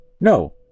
No